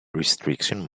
restriction